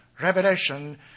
Revelation